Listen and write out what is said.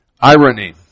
Irony